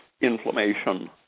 inflammation